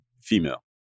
female